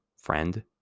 friend